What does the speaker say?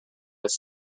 was